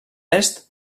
est